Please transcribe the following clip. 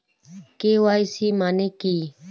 KYC মানে কী?